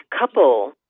couple